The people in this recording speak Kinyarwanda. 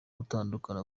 gutandukana